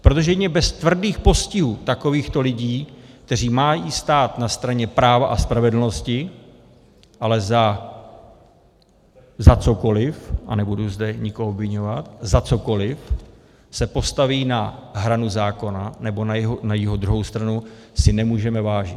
Protože jedině bez tvrdých postihů takovýchto lidí, kteří mají stát na straně práva a spravedlnosti, ale za cokoli, a nebudu zde nikoho obviňovat, za cokoli se postaví na hranu zákona nebo na jeho druhou stranu, si nemůžeme vážit.